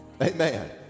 amen